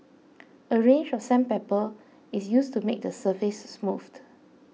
a range of sandpaper is used to make the surface smooth